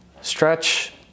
stretch